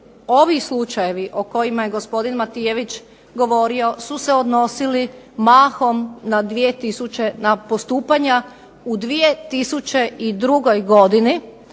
ovi slučajevi o kojima je gospodin Matijević govorio su se odnosili mahom na postupanje u 2002. godini,